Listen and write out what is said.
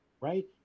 Right